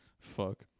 Fuck